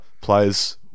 players